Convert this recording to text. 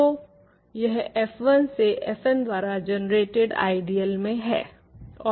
तो यह f1 से fn द्वारा जनरेटेड आइडियल में है